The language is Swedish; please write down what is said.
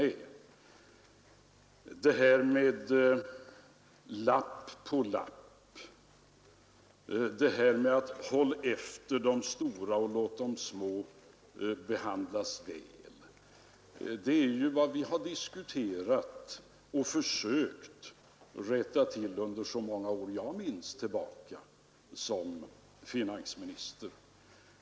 Det här med lapp på lapp, det här med att hålla efter de stora och låta de små behandlas väl, det är ju vad vi har diskuterat och försökt rätta till under så många år jag minns tillbaka som finansminister.